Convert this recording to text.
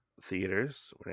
theaters